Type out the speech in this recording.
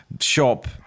shop